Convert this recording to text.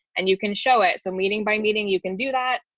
and you can show it so meeting by meeting you can do that.